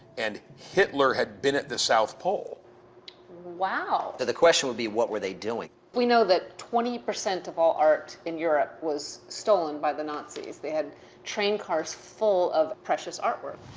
and hitler had been at the south pole wow. so the question would be, what were they doing? we know that twenty percent of all art in europe was stolen by the nazis. they had train cars full of precious artwork.